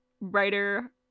writer